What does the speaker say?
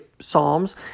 psalms